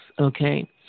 okay